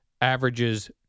averages